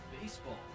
Baseball